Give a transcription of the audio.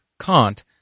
Kant